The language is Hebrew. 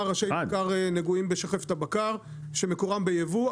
ראשי בקר נגועים בשחפת הבקר שמקום בייבוא,